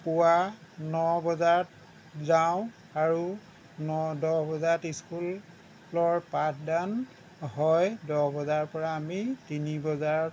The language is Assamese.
পুৱা ন বজাত যাওঁ আৰু ন দহ বজাত স্কুলৰ পাঠদান হয় দহ বজাৰ পৰা আমি তিনি বজাত